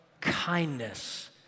kindness